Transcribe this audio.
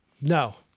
No